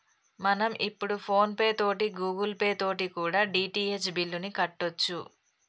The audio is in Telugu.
మనం ఇప్పుడు ఫోన్ పే తోటి గూగుల్ పే తోటి కూడా డి.టి.హెచ్ బిల్లుని కట్టొచ్చు